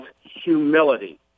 humility